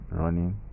running